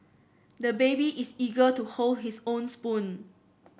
the baby is eager to hold his own spoon